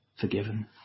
forgiven